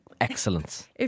excellence